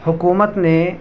حکومت نے